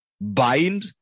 bind